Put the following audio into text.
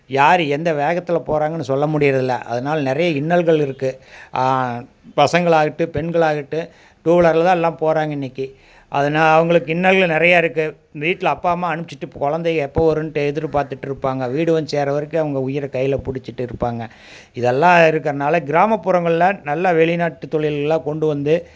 யார் எந்த வேகத்தில் போறாங்கன்னு சொல்ல முடியிறதில்லை அதனால் நிறைய இன்னல்கள் இருக்குது பசங்களாகட்டும் பெண்களாகட்டும் டூ வீலர்ல தான் எல்லாம் போறாங்க இன்னைக்கி அதுனால் அவங்களுக்கு இன்னல்கள் நிறையா இருக்குது வீட்டில அப்பா அம்மா அனுப்ச்சுட்டு குழந்தைக எப்போ வருன்னுட்டு எதிர்பார்த்துட்ருப்பாங்க வீடு வந்து சேர வரைக்கும் அவங்க உயிரை கையில் பிடிச்சிட்டு இருப்பாங்க இதெல்லாம் இருக்கறதனால கிராமப்புறங்கள்ல நல்லா வெளிநாட்டு தொழில்லெலாம் கொண்டு வந்து